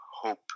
hope